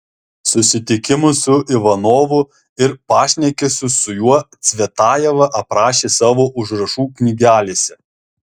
susitikimus su ivanovu ir pašnekesius su juo cvetajeva aprašė savo užrašų knygelėse